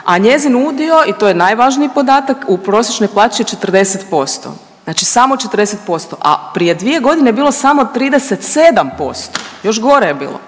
a njezin udio i to je najvažniji podatak u prosječnoj plaći je 40%, samo 40%, a prije dvije godine je bilo samo 37% još gore je bilo,